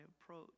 approach